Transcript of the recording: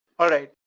alright,